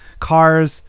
cars